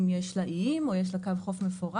אם יש לה איים או יש לה קו חוף מפורץ,